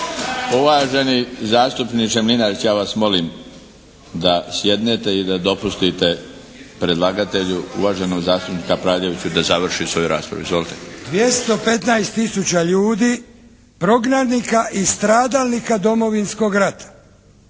Uvaženi zastupniče Mlinarić, ja vas molim da sjednete i da dopustite predlagatelju, uvaženom zastupniku Kapraljeviću da završi svoju raspravu. Izvolite. **Kapraljević, Antun (HNS)** 215 tisuća ljudi prognanika i stradalnika Domovinskog rata